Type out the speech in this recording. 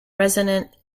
resonant